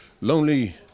lonely